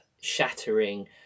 shattering